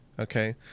Okay